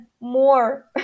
more